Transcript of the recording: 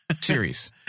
series